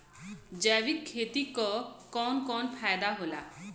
जैविक खेती क कवन कवन फायदा होला?